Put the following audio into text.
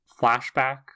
flashback